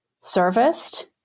serviced